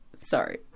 Sorry